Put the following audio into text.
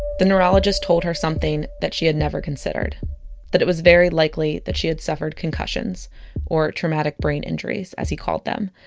the neurologist told her something that she had never considered that it was very likely that she had suffered concussions or traumatic brain injuries, as he called them.